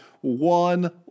one